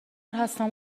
هستم